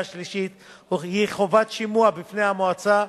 השלישית הוא חובת שימוע בפני המועצה.